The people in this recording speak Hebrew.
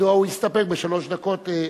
מדוע הוא יסתפק בשלוש דקות.